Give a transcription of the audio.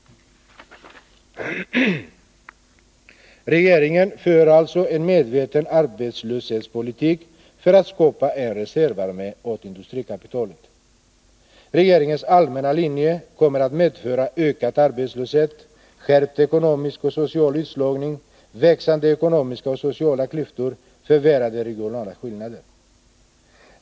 Regeringen för alltså medvetet en arbetslöshetspolitik för att skapa en reservarmé åt industrikapitalet. Regeringens allmänna linje kommer att medföra ökad arbetslöshet, skärpt ekonomisk och social utslagning, växande ekonomiska och sociala klyftor och förvärrade regionala skillnader.